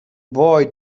boy